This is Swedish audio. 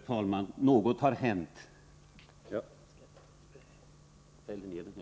kan använda.